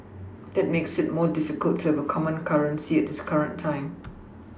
that makes it more difficult to have a common currency at this current time